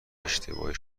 اشتباهی